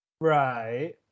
Right